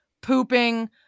pooping